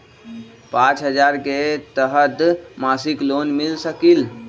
पाँच हजार के तहत मासिक लोन मिल सकील?